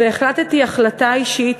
והחלטתי החלטה אישית,